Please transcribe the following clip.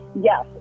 Yes